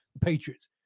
Patriots